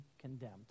condemned